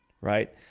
right